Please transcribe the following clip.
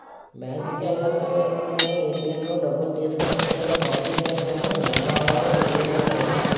బాంకుకి ఎల్లక్కర్లేకుండానే ఏ.టి.ఎం లో డబ్బులు తీసుకోవచ్చని ఈ కార్డు ఇచ్చారు గానీ ఎలా వాడాలో తెలియడం లేదు